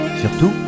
surtout